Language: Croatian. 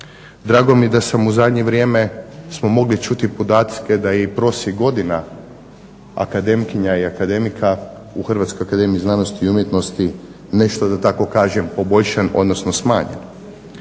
Drago mi je da sam u zadnje vrijeme smo mogli čuti podatke da je i prosjek godina akademkinja i akademika u Hrvatskoj akademiji znanosti i umjetnosti nešto da tako kažem poboljšan odnosno smanjen.